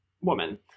woman